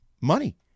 Money